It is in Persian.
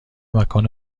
مکان